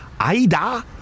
Aida